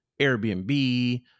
Airbnb